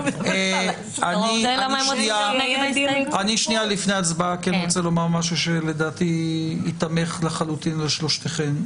לפני ההצבעה אני רוצה לומר משהו שלדעתי ייתמך לחלוטין על ידי שלושתכן.